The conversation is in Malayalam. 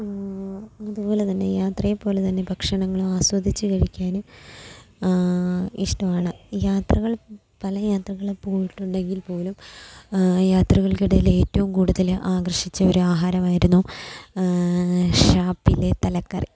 അതുപോലെ തന്നെ യാത്രയെ പോലെ തന്നെ ഭക്ഷണങ്ങളും ആസ്വദിച്ച് കഴിക്കാൻ ഇഷ്ടവാണ് യാത്രകൾ പല യാത്രകൾ പോയിട്ടുണ്ടെങ്കിൽ പോലും യാത്രകൾക്കിടയിൽ ഏറ്റവും കൂടുതൽ ആകർഷിച്ച ഒരാഹാരമായിരുന്നു ഷാപ്പിലെ തലക്കറി